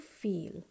feel